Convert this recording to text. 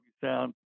sound